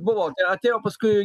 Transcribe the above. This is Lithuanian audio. buvo atėjo paskui